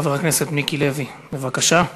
חבר הכנסת מיקי לוי, בבקשה.